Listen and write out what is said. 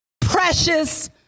precious